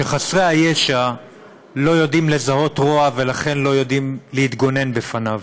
שחסרי הישע לא יודעים לזהות רוע ולכן לא יודעים להתגונן מפניו.